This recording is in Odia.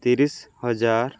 ତିରିଶ ହଜାର